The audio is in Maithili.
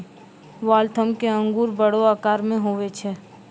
वाल्थम के अंगूर बड़ो आकार के हुवै छै